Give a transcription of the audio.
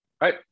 Right